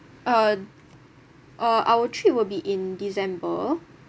uh uh our trip will be in december